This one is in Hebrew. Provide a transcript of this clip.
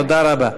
תודה רבה.